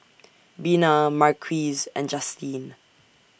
Bina Marquise and Justine